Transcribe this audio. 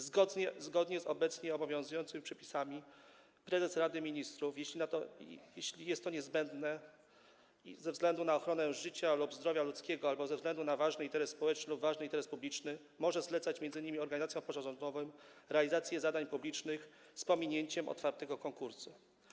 Zgodnie z obecnie obowiązującymi przepisami prezes Rady Ministrów, jeśli jest to niezbędne, ze względu na ochronę życia lub zdrowia ludzkiego albo ze względu na ważny interes społeczny lub ważny interes publiczny może zlecać m.in. organizacjom pozarządowym realizację zadań publicznych z pominięciem otwartego konkursu.